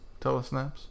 telesnaps